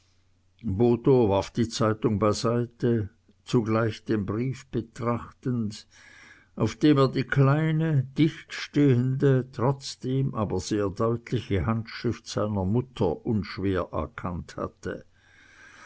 warf die zeitung beiseite zugleich den brief betrachtend auf dem er die kleine dichtstehende trotzdem aber sehr deutliche handschrift seiner mutter unschwer erkannt hatte